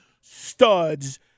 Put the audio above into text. studs